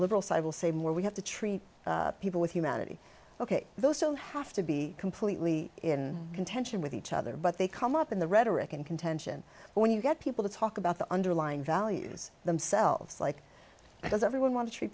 liberal side will say more we have to treat people with humanity ok those don't have to be completely in contention with each other but they come up in the rhetoric and contention when you get people to talk about the underlying values themselves like does everyone want to treat